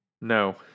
No